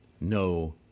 no